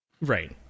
Right